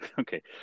Okay